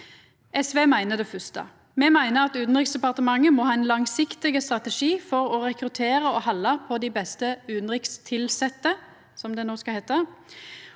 SV meiner det fyrste. Me meiner at Utanriksdepartementet må ha ein langsiktig strategi for å rekruttera og halda på dei beste utanrikstilsette, som det no skal heita.